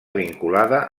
vinculada